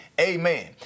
Amen